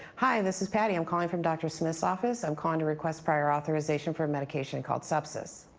hi, and this is patty. i'm calling from dr. smith's office. i'm calling to request prior authorization for a medication called subsys.